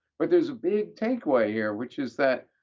but there's a big takeaway here which is that